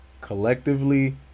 collectively